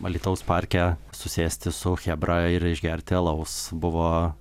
alytaus parke susėsti su chebra ir išgerti alaus buvo